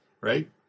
Right